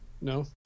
No